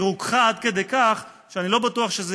היא רוככה עד כדי כך שאני לא בטוח שזה